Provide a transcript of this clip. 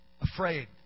afraid